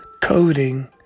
coding